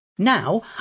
Now